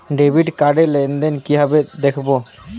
Debit card র লেনদেন কিভাবে দেখবো?